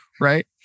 right